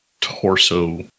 torso